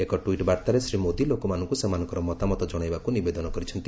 ଏକ ଟ୍ୱିଟ୍ ବାର୍ଭାରେ ଶ୍ରୀ ମୋଦି ଲୋକମାନଙ୍କୁ ସେମାନଙ୍କର ମତାମତ ଜଶାଇବାକୁ ନିବେଦନ କରିଛନ୍ତି